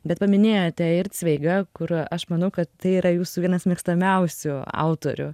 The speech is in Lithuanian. bet paminėjote ir cveigą kur aš manau kad tai yra jūsų vienas mėgstamiausių autorių